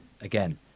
Again